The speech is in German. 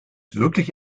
wirklich